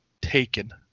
taken